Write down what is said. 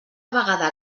vegada